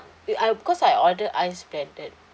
uh I because I ordered ice blended